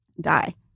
die